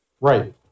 Right